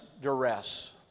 duress